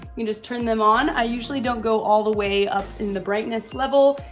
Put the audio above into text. you just turn them on, i usually don't go all the way up in the brightness level.